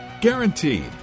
Guaranteed